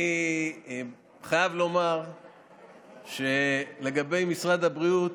אני חייב לומר שלגבי משרד הבריאות,